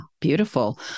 beautiful